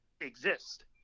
exist